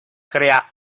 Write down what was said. crea